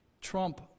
trump